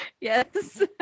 Yes